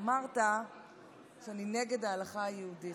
אמרת שאני נגד ההלכה היהודית.